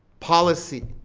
policy,